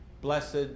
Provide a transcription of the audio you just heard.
blessed